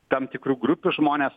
tam tikrų grupių žmones